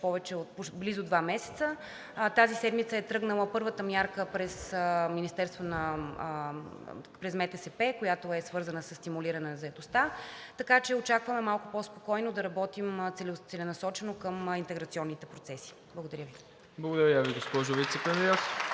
близо два месеца. Тази седмица е тръгнала първата мярка през МТСП, която е свързана със стимулиране на заетостта. Така че очакваме малко по-спокойно да работим целенасочено към интеграционните процеси. Благодаря Ви. (Ръкопляскания